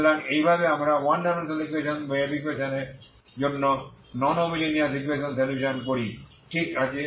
সুতরাং এইভাবে আমরা 1 ডাইমেনশনাল ওয়েভ ইকুয়েশন এর জন্য নন হোমোজেনিয়াস ইকুয়েশন সলিউশন করি ঠিক আছে